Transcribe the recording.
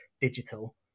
digital